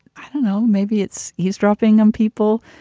i don't know, maybe it's eavesdropping on people,